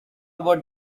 about